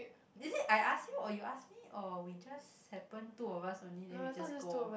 is it I ask you or you ask me or we just happen two of us only then we just go